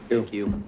thank you.